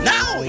Now